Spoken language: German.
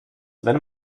wenn